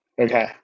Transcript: Okay